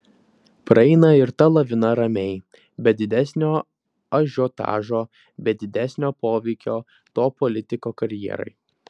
praeina ir ta lavina ramiai be didesnio ažiotažo be didesnio poveikio to politiko karjerai